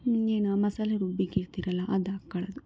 ಇನ್ನೇನು ಮಸಾಲೆ ರುಬ್ಬಿಕ್ಕಿರ್ತೀರಲ್ಲ ಅದಾಕ್ಕೋಳೋದು